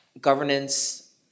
Governance